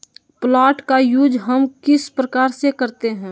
Plant का use हम किस प्रकार से करते हैं?